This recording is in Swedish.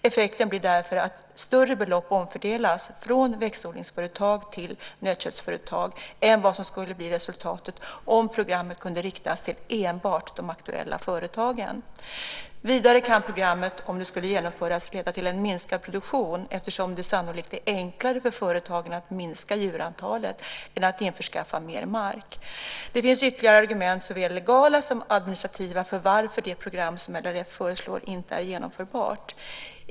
Effekten blir därför att större belopp omfördelas från växtodlingsföretag till nötköttsföretag än vad som skulle bli resultatet om programmet kunde riktas till enbart de aktuella företagen. Vidare kan programmet, om det skulle genomföras, leda till en minskad produktion eftersom det sannolikt är enklare för företagaren att minska djurantalet än att införskaffa mer mark. Det finns ytterligare argument, såväl legala som administrativa, för varför det program som LRF föreslår inte är genomförbart.